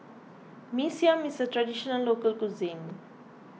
Mee Siam is a Traditional Local Cuisine